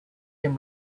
him